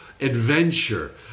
adventure